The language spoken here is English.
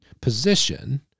position